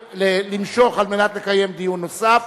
למשוך על מנת לקיים דיון נוסף,